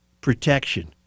protection